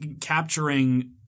capturing